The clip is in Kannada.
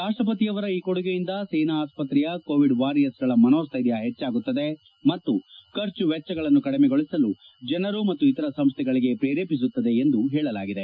ರಾಷ್ಟ ಪತಿಯವರ ಈ ಕೊಡುಗೆಯಿಂದ ಸೇನಾ ಆಸ್ಪತ್ರೆಯ ಕೋವಿಡ್ ವಾರಿಯರ್ಸ್ಗಳ ಮನೋಸ್ಟೈರ್ಯ ಹೆಚ್ಚಿಸುತ್ತದೆ ಮತ್ತು ಖರ್ಚು ವೆಚ್ಚಗಳನ್ನು ಕಡಿಮೆಗೊಳಿಸಲು ಜನರು ಮತ್ತು ಇತರ ಸಂಸ್ದೆಗಳಿಗೆ ಪ್ರೇರೇಪಿಸುತ್ತದೆ ಎಂದು ಹೇಳಲಾಗಿದೆ